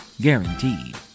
guaranteed